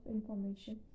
information